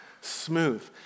smooth